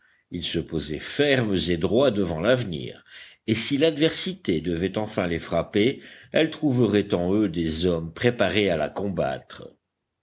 ils se posaient fermes et droits devant l'avenir et si l'adversité devait enfin les frapper elle trouverait en eux des hommes préparés à la combattre